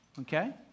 Okay